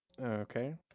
Okay